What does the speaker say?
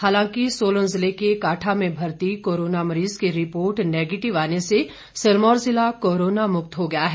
हालांकि सोलन जिले काठा में भर्ती कोरोना मरीज की रिपोर्ट नेगेटिव आने से सिरमौर जिला कोरोना मुक्त हो गया है